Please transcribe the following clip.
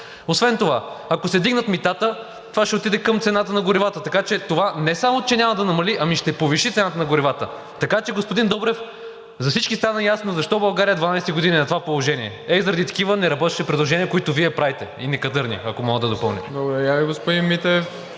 Освен това, ако се вдигнат митата, това ще отиде към цената на горивата, така че това не само няма да намали, ами ще повиши цената на горивата. Така че, господин Добрев, за всички стана ясно, защо България е 12 години на това положение. Ето, заради такива неработещи предложения, които Вие правите – и некадърни, ако мога да допълня. ПРЕДСЕДАТЕЛ